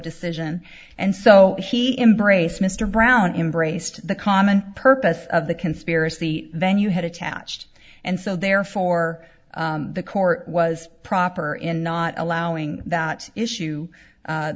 decision and so he embraced mr brown embraced the common purpose of the conspiracy than you had attached and so therefore the court was proper in not allowing that issue